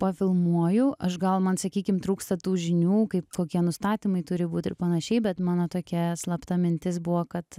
pafilmuoju aš gal man sakykim trūksta tų žinių kaip kokie nustatymai turi būt ir panašiai bet mano tokia slapta mintis buvo kad